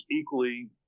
equally